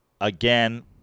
Again